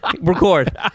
Record